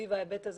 סביב ההיבט הזה.